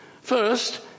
First